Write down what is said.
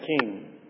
king